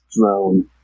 Drone